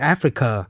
Africa